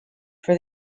for